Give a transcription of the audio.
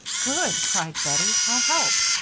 good! cried bettie, i'll help.